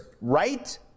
right